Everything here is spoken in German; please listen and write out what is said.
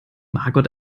margot